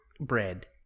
bread